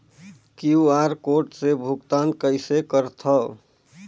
QR code से भुगतान कइसे करथव?